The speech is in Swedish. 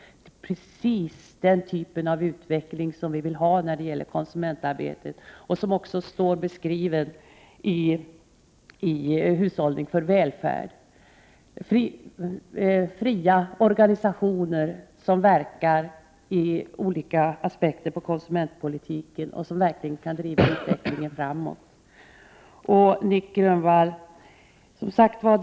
Det är precis den typ av utveckling som vi vill ha när det gäller konsumentarbetet. Detta står också beskrivet i Hushållning för välfärd. Det handlar om fria organisationer som verkar i olika aspekter på konsumentpolitikens område och som verkligen kan driva utvecklingen framåt. Jag vänder mig sedan till Nic Grönvall.